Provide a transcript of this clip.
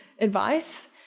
advice